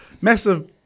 massive